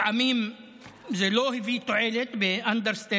לפעמים זה לא הביא תועלת באנדרסטייטמנט.